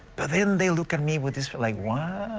but then they look at me with just like what?